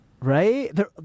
Right